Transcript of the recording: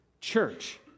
church